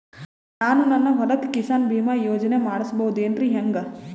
ನಾನು ನನ್ನ ಹೊಲಕ್ಕ ಕಿಸಾನ್ ಬೀಮಾ ಯೋಜನೆ ಮಾಡಸ ಬಹುದೇನರಿ ಹೆಂಗ?